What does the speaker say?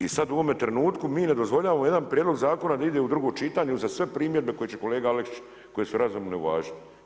I sada u ovome trenutku mi ne dozvoljavamo jedan prijedlog zakona da ide u drugo čitanje uza sve primjedbe koje će kolega Aleksić, koje su razumne uvažiti.